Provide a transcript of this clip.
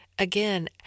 Again